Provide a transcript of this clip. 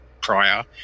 prior